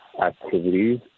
activities